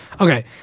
okay